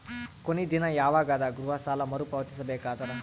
ಕೊನಿ ದಿನ ಯವಾಗ ಅದ ಗೃಹ ಸಾಲ ಮರು ಪಾವತಿಸಬೇಕಾದರ?